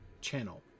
channel